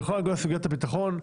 בכל הנוגע לסוגית הביטחון,